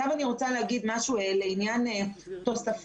אני רוצה לומר משהו לעניין תוספות.